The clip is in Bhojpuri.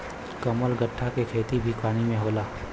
कमलगट्टा के खेती भी पानी में होला